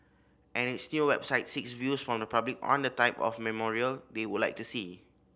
and its new website seeks views from the public on the type of memorial they would like to see